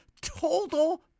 Total